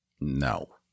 No